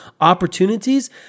opportunities